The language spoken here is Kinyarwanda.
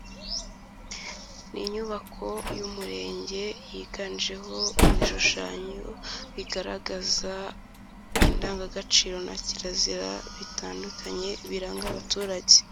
Ni inyubako y'umurenge yiganjeho ibishushanyo bigaragaza indangagaciro na kirazira bitandukanye biranga abaturage.